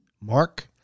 mark